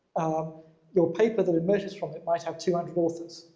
ah um your paper that emerges from it might have two hundred authors.